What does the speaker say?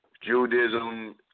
Judaism